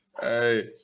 Hey